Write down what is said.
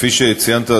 כפי שציינת,